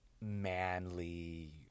manly